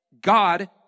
God